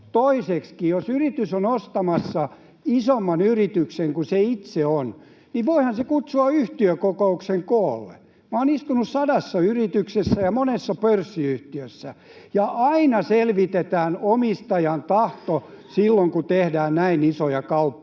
Toiseksikin jos yritys on ostamassa isomman yrityksen kuin se itse on, niin voihan se kutsua yhtiökokouksen koolle. Minä olen istunut sadassa yrityksessä ja monessa pörssiyhtiössä, ja aina selvitetään omistajan tahto silloin, kun tehdään näin isoja kauppoja.